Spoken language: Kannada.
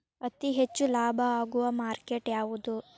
ಅತಿ ಹೆಚ್ಚು ಲಾಭ ಆಗುವ ಮಾರ್ಕೆಟ್ ಯಾವುದು?